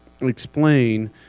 explain